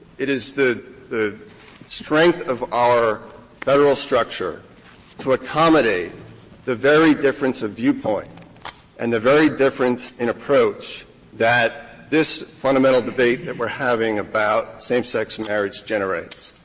it is the the strength of our federal structure to accommodate the very difference of viewpoint and the very difference in approach that this fundamental debate that we're having about same-sex marriage generates.